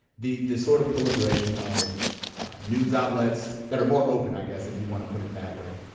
the the sort of proliferation of news outlets that are more open, i guess, if you want to put it that way.